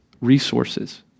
resources